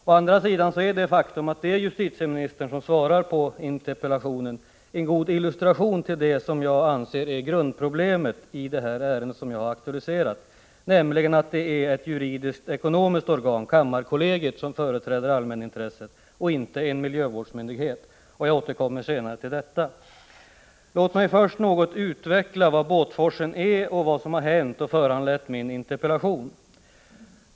Å andra sidan är det faktum att det är justitieministern som svarar på interpellationen en god illustration till det som jag anser är grundproblemet i det ärende jag har aktualiserat, nämligen att det är ett juridiskt-ekonomiskt organ — kammarkollegiet — som företräder allmänintresset och inte en miljövårdsmyndighet. Jag återkommer senare till detta. Låt mig först något utveckla vad Båtforsen är och vad som där hänt och föranlett min interpellation.